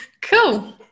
Cool